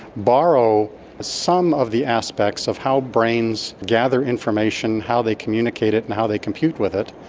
borrow some of the aspects of how brains gather information, how they communicate it and how they compute with it,